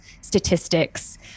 statistics